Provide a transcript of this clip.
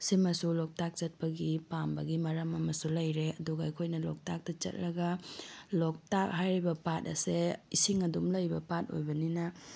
ꯁꯤꯃꯁꯨ ꯂꯣꯛꯇꯥꯛ ꯆꯠꯄꯒꯤ ꯄꯥꯝꯕꯒꯤ ꯃꯔꯝ ꯑꯃꯁꯨ ꯂꯩꯔꯦ ꯑꯗꯨꯒ ꯑꯩꯈꯣꯏꯅ ꯂꯣꯛꯇꯥꯛꯇ ꯆꯠꯂꯒ ꯂꯣꯛꯇꯥꯛ ꯍꯥꯏꯔꯤꯕ ꯄꯥꯠ ꯑꯁꯦ ꯏꯁꯤꯡ ꯑꯗꯨꯝ ꯂꯩꯕ ꯄꯥꯠ ꯑꯣꯏꯕꯅꯤꯅ